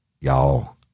Y'all